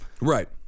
Right